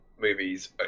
movies